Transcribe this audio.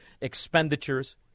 expenditures